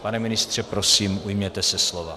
Pane ministře, prosím, ujměte se slova.